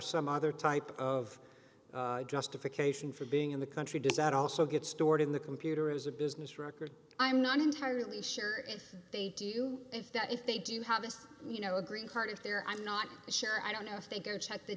some other type of justification for being in the country does that also get stored in the computer as a business record i'm not entirely sure if they do that if they do have this you know a green card if they're i'm not sure i don't know if they go check the